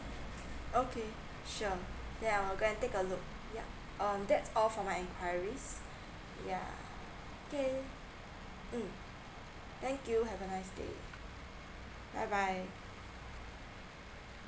okay sure then I'll go and take a look yeah um that's all for my enquiries yeah okay mm thank you have a nice day bye bye